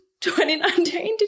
2019